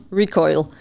recoil